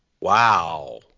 Wow